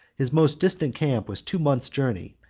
his most distant camp was two months' journey,